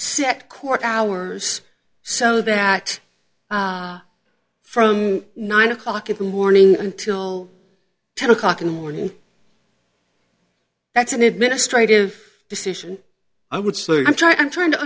set court hours so that from nine o'clock in the morning until ten o'clock in the morning that's an administrative decision i would say i'm trying i'm trying to